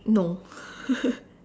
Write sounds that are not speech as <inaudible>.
no <laughs>